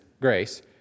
grace